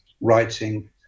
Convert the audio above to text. writing